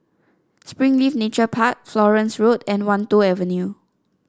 Springleaf Nature Park Florence Road and Wan Tho Avenue